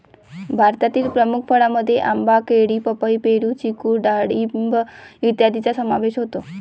भारतातील प्रमुख फळांमध्ये आंबा, केळी, पपई, पेरू, चिकू डाळिंब इत्यादींचा समावेश होतो